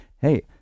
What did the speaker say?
hey